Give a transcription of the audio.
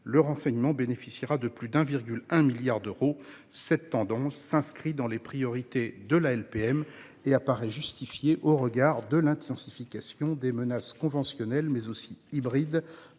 le renseignement bénéficiera de plus de 1,1 milliard d'euros. Cette tendance s'inscrit dans les priorités de la LPM et apparaît justifiée au regard de l'intensification des menaces conventionnelles, mais aussi hybrides